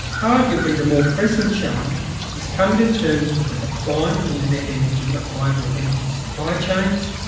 arguably the more pressing challenge is coming to terms with a decline in the net-energy of global energy supply chains,